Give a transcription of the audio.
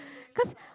cause